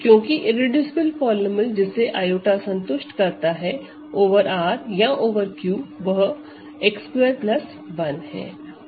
क्योंकि irreducible polynomial जिसे i संतुष्ट करता है ओवर R या ओवर Q वह x2 1 है